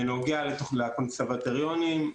בנוגע לקונסרבטוריונים,